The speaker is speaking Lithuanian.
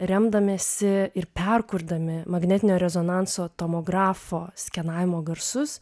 remdamiesi ir perkurdami magnetinio rezonanso tomografo skenavimo garsus